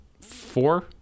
four